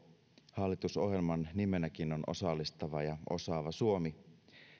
hallitusohjelman nimenäkin on osallistava ja osaava suomi